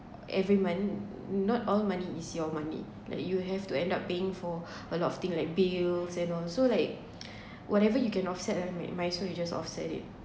every month not all money is your money like you have to end up paying for a lot of thing like bills and all so like whatever you can offset ah may~ might so you just offset it